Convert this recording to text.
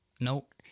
nope